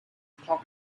clock